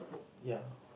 ya